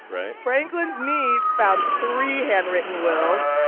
right? franklin's niece found three handwritten wills,